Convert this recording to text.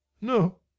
no